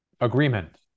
Agreement